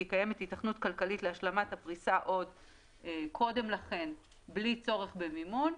"כי קיימת היתכנות כלכלית להשלמת הפריסה" בלי צורך במימון,